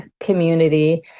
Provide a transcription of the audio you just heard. community